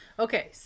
Okay